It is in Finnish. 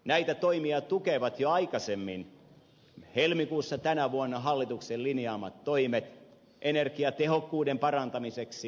näitä toimia tukevat jo aikaisemmin helmikuussa tänä vuonna hallituksen linjaamat toimet energiatehokkuuden parantamiseksi